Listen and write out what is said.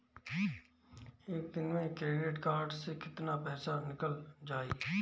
एक दिन मे क्रेडिट कार्ड से कितना पैसा निकल जाई?